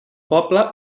poble